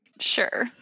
Sure